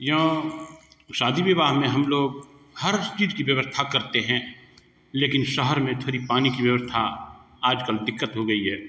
यों शादी विवाह में हम लोग हर उस चीज की व्यवस्था करते हैं लेकिन शहर में थोड़ी पानी की व्यवस्था आज कल दिक्कत हो गई है